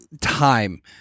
Time